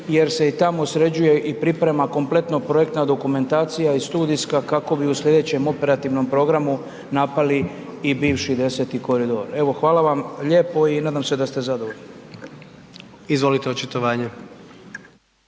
jer se i tamo sređuje i priprema kompletno projektna dokumentacija i studijska kako bi u sljedećem operativnom programu napali i bivši 10.-ti koridor. Evo hvala vam lijepo i nadam se da ste zadovoljni. **Jandroković,